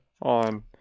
on